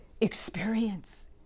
experience